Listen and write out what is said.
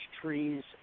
trees